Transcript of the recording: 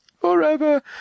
forever